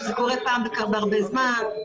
זה קורה פעם בהרבה זמן.